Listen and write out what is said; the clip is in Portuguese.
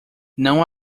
não